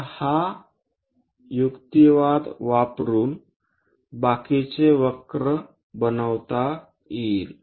तर हा युक्तिवाद वापरुन बाकीचे वक्र बनवता येईल